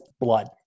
blood